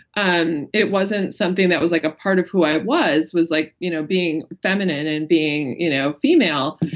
um it wasn't something that was like a part of who i was. was like you know being feminine and being you know female.